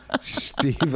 Steve